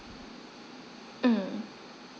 mm